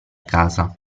casa